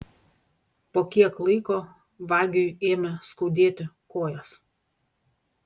po kiek laiko vagiui ėmė skaudėti kojas